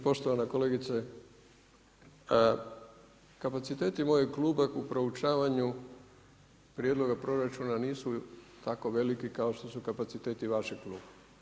Poštovana kolegice, kapacitet mojeg kluba u proučavanju prijedloga proračuna nisu tako veliki kao što su kapaciteti vašeg kluba.